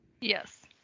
yes